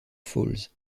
falls